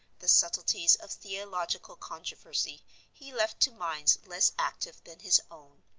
the subtleties of theological controversy he left to minds less active than his own.